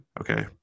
Okay